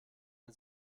den